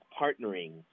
partnering